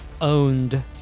owned